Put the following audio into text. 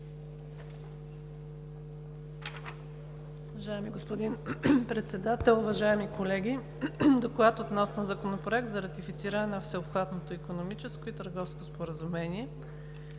гласуване Законопроекта за ратифициране на Всеобхватното икономическо и търговско споразумение